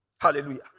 Hallelujah